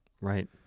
Right